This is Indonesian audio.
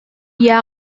dia